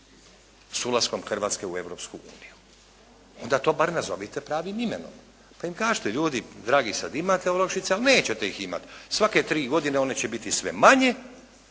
s ulaskom Hrvatske u Europsku uniju. Onda to bar nazovite pravim imenom, pa im kažite, ljudi dragi sada imate olakšice, ali nećete ih imati. Svake 3 godine one će biti sve manje,